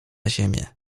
ziemię